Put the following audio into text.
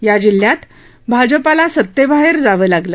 या जिल्ह्यात भाजपाला सतेबाहेर जावं लागलं